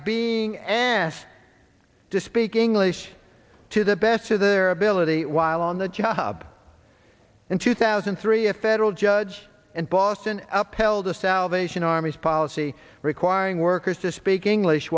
being asked to speak english to the best of their ability while on the job in two thousand and three a federal judge in boston upheld the salvation army's policy requiring workers to speak english